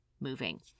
moving